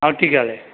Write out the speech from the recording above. આવતીકાલે